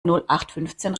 nullachtfünfzehn